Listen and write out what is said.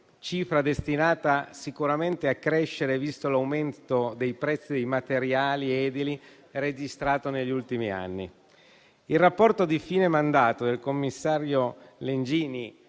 cifra destinata sicuramente a crescere visto l'aumento dei prezzi dei materiali edili, registrato negli ultimi anni. Il rapporto di fine mandato del commissario Legnini,